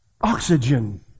Oxygen